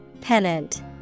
Pennant